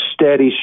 steady